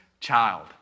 Child